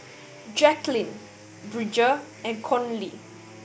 Jacqueline Bridger and Conley